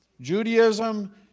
Judaism